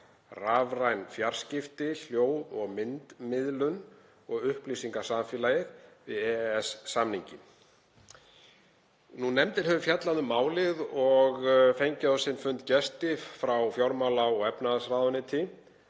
(rafræn fjarskipti, hljóð- og myndmiðlun og upplýsingasamfélagið) við EES-samninginn. Nefndin hefur fjallað um málið og fengið á sinn fund gesti frá fjármála- og efnahagsráðuneyti,